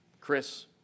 Chris